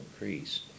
increase